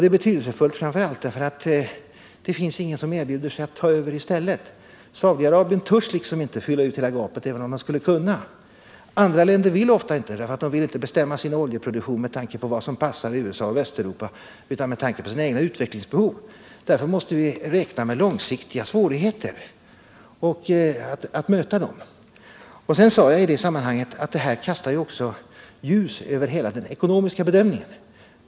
Det är betydelsefullt framför allt därför att det inte finns någon som tar över produktionen. Saudi-Arabien törs inte fylla ut det gapet, även om det skulle kunna. Andra länder vill inte, därför att de inte vill bestämma sin oljeproduktion med tanke på vad som passar USA och Västeuropa utan med tanke på sina egna utvecklingsbehov. Därför måste vi räkna med att möta långsiktiga svårigheter. I det sammanhanget sade jag att det här kastar ljus över hela den ekonomiska bedömningen.